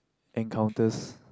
encounters